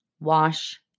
wash